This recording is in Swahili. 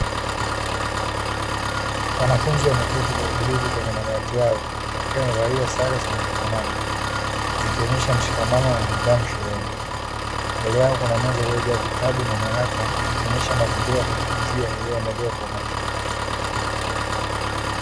Wanafunzi wameketi kwa utulivu kwenye madawati yao wakiwa wamevalia sare, zinazofanana zikionyesha mshikamano na nidhamu shuleni mbele yako kuna meza iliyojaa vitabu na nyaraka ikionyesha mazingira ya kujifunzia yaliyoandaliwa kwa umakini.